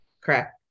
Correct